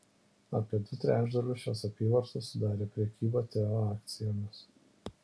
apie du trečdalius šios apyvartos sudarė prekyba teo akcijomis